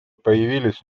появились